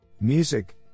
Music